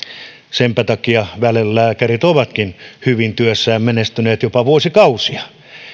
senpä takia valelääkärit ovatkin hyvin työssään menestyneet jopa vuosikausia